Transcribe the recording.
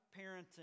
parenting